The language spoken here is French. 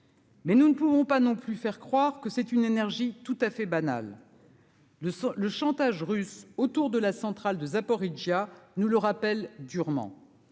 Mais nous ne pouvons pas non plus faire croire que c'est une énergie tout à fait banal. Merci. Le le chantage russe autour de la centrale de Zaporijia nous le rappelle durement,